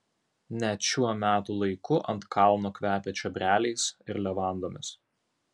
net šiuo metų laiku ant kalno kvepia čiobreliais ir levandomis